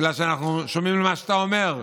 בגלל שאנחנו שומעים למה שאתה אומר,